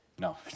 No